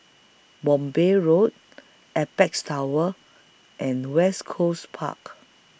Mowbray Road Apex Tower and West Coast Park